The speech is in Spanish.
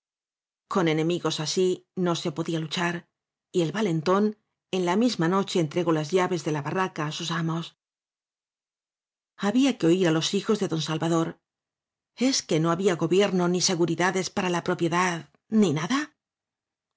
con enemigos así no se podía luchar y el valentón en la misma noche entregó las llaves ide la barraca á sus amos había que oir á los hijos de don salvador es que no había gobierno ni seguridades para la propiedad ni nadar